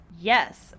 yes